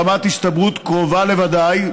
ברמת הסתברות קרובה לוודאי,